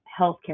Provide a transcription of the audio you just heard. healthcare